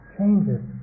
changes